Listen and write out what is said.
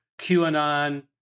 QAnon